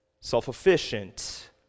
self-efficient